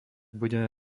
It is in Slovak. budeme